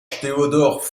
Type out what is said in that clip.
theodor